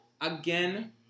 again